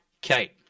Kate